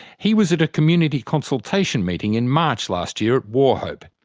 he was at a community consultation meeting in march last year at wauchope.